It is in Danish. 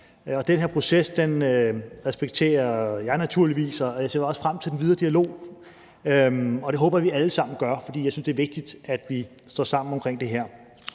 Den her proces respekterer jeg naturligvis, og jeg ser også frem til den videre dialog. Det håber jeg vi alle sammen gør, for jeg synes, det er vigtigt, at vi står sammen om det her.